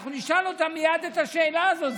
אנחנו נשאל אותם מייד את השאלה הזאת.